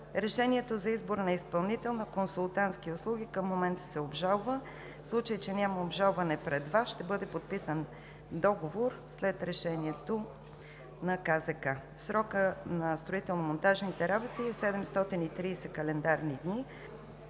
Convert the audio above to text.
Решението за избор на изпълнител на консултантски услуги към момента се обжалва. В случай че няма обжалване пред ВАС, ще бъде подписан договор след решение на КЗК. Срокът на строително-монтажните работи е 730 календарни дни.